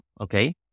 okay